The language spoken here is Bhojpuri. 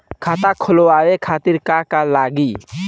खाता खोलवाए खातिर का का लागी?